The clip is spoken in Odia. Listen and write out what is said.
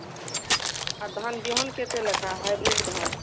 ଆର୍ ଧାନ୍ ବିହନ୍ କେତେ ଲେଖା ହାଇବ୍ରିଡ଼୍ ଧାନ୍